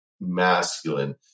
masculine